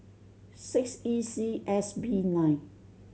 six E C S B nine